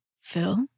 Phil